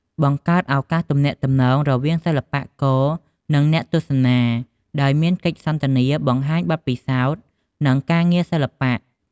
បង្កើតឱកាសទំនាក់ទំនងរវាងសិល្បករ និងអ្នកទស្សនា ដោយមានកិច្ចសន្ទនាបង្ហាញបទពិសោធន៍ និងការងារសិល្បៈ។